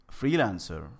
freelancer